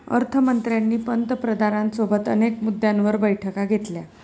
अर्थ मंत्र्यांनी पंतप्रधानांसोबत अनेक मुद्द्यांवर बैठका घेतल्या